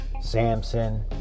Samson